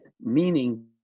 meaning